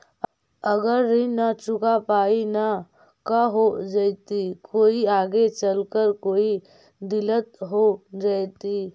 अगर ऋण न चुका पाई न का हो जयती, कोई आगे चलकर कोई दिलत हो जयती?